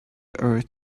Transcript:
earth